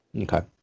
Okay